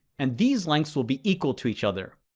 and these lengths will be equal to each other.